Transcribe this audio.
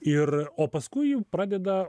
ir o paskui jau pradeda